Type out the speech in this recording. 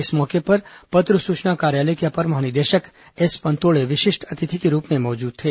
इस अवसर पर पत्र सूचना कार्यालय के अपर महानिदेशक एस पनतोड़े विशिष्ट अतिथि के रूप में मौजूद थे